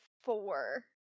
four